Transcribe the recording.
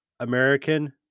American